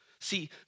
See